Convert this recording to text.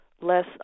less